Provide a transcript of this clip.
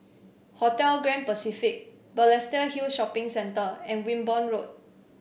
Hotel Grand Pacific Balestier Hill Shopping Centre and Wimborne Road